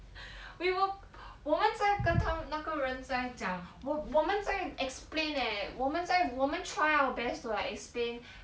we were 我们再跟他那个人在讲我我们在 explain eh 我们在我们 try our best to like explain